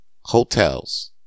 hotels